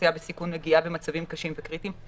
אוכלוסייה בסיכון מגיעה במצבים קשים וקריטיים.